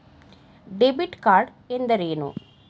Debit card ಎಂದರೇನು?